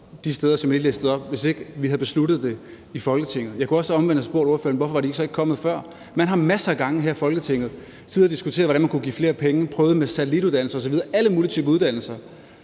de steder, som vi lige listede op, hvis ikke vi havde besluttet det i Folketinget. Jeg kunne også omvendt have spurgt ordføreren, hvorfor de så ikke var kommet før. Man har masser af gange her i Folketinget siddet og diskuteret, hvordan man kunne give flere penge, og prøvet med satellituddannelser osv. og alle mulige typer uddannelser